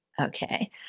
Okay